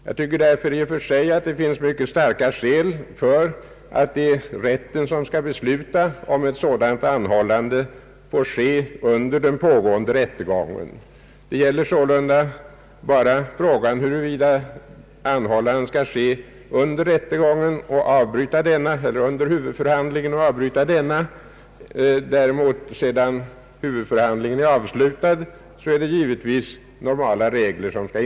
Jag tycker därför att det i och för sig finns mycket starka skäl för att rätten skall besluta, om ett sådant anhållande får ske under den pågående rättegången. Det gäller sålunda bara frågan huruvida anhållandet skall ske under huvudförhandlingen och avbryta denna; sedan huvudförhandlingen är avslutad skall givetvis normala regler användas.